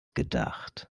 gedacht